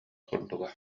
курдуга